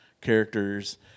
characters